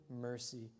mercy